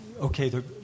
okay